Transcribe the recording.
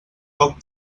poc